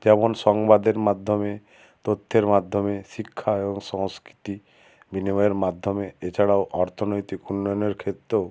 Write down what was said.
যেমন সংবাদের মাধ্যমে তথ্যের মাধ্যমে শিক্ষা এবং সংস্কৃতি বিনিময়ের মাধ্যমে এছাড়াও অর্থনৈতিক উন্নয়নের ক্ষেত্রেও